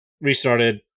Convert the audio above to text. Restarted